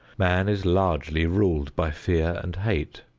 man is largely ruled by fear and hate,